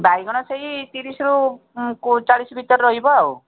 ବାଇଗଣ ସେଇ ତିରିଶରୁ ହଁ ଚାଳିଶ ଭିତରେ ରହିବ ଆଉ